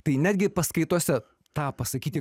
tai netgi paskaitose tą pasakyti